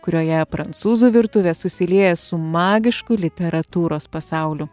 kurioje prancūzų virtuvė susilieja su magišku literatūros pasauliu